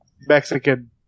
Mexican